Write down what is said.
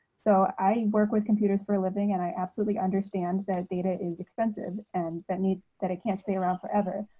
so, i work with computers for a living and i absolutely understand that data is expensive, and that means that it can't stay around forever,